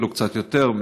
אפילו קצת יותר,